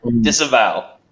Disavow